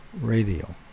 radio